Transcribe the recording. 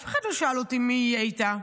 אף אחד לא שאל אותי מי יהיה איתה,